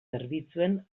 zerbitzuen